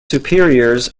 superiors